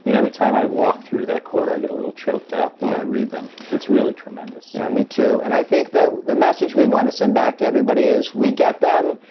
and every time i walk through that corridor, i get a little choked up when i read them. it's really tremendous. yeah, me too. and i think that the message we wanna send back to everybody is, we get them,